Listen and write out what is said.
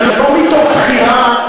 זה לא מתוך בחירה,